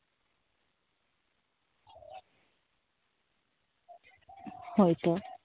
ᱦᱳᱭᱛᱳ